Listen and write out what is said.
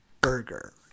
burger